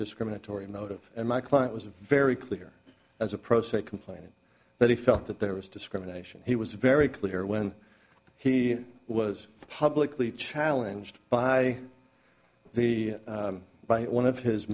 discriminatory motive and my client was a very clear as a pro se complaining but he felt that there was discrimination he was very clear when he was publicly challenge by the by one of his